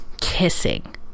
kissing